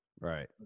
right